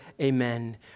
amen